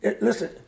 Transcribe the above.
listen